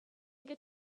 get